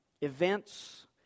events